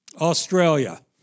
Australia